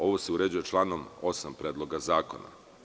Ovo se uređuje članom 8. Predloga zakona.